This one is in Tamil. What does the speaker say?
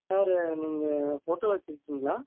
சார் நீங்கள் ஹோட்டல் வச்சிருக்கீங்களா